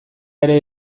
ere